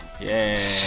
yay